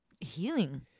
healing